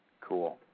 Cool